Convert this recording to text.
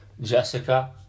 Jessica